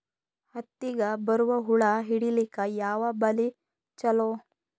ಹತ್ತಿಗ ಬರುವ ಹುಳ ಹಿಡೀಲಿಕ ಯಾವ ಬಲಿ ಚಲೋ?